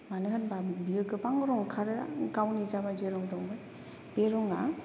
मानो होनबा बियो गोबां रं ओंखारो गावनि जाबायदि रं दं बे रंआ